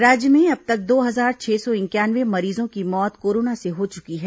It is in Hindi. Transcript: राज्य में अब तक दो हजार छह सौ इंक्यानवे मरीजों की मौत कोरोना से हो चुकी है